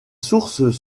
sources